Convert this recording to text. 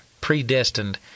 predestined